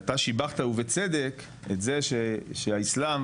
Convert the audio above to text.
שיבחת ובצדק את זה שהאסלאם,